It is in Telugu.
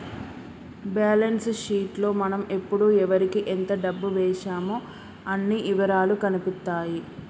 బ్యేలన్స్ షీట్ లో మనం ఎప్పుడు ఎవరికీ ఎంత డబ్బు వేశామో అన్ని ఇవరాలూ కనిపిత్తాయి